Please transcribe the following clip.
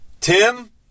Tim